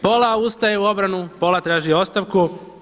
Pola ustaje u obranu, pola traži ostavku.